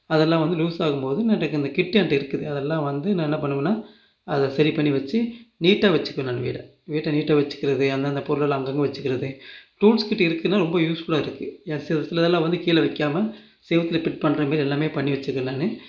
அதெல்லாம் வந்து லூசாகும் போது நான் டக்குன்னு அந்த கிட்டு என்கிட்ட இருக்குது அதெல்லாம் வந்து நான் என்ன பண்ணுவேன்னால் அதை சரி பண்ணி வச்சு நீட்டாக வச்சுக்குவேன் நான் வீடை வீட்டை நீட்டாக வச்சிக்கிறது அந்தந்த பொருள் அங்கங்கே வச்சிக்கிறது டூல்ஸ் கிட்டு இருக்குன்னால் ரொம்ப யூஸ்ஃபுல்லாக இருக்குது சிலதெல்லாம் வந்து கீழே வைக்காம செவத்துல ஃபிட் பண்றமாதிரி எல்லாமே பண்ணி வச்சுக்குவேன் நான்